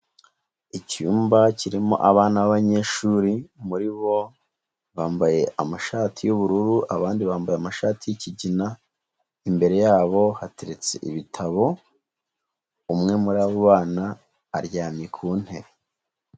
Icyumba kirimo abana b'abanyeshuri muri bo bambaye amashati y'ubururu abandi bambaye amashati y'ikigina, imbere yabo hateretse ibitabo, umwe muri abo bana aryamye ku ntebe.